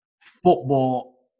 football